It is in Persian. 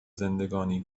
زندگانی